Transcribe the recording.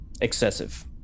Excessive